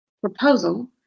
proposal